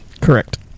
Correct